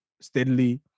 steadily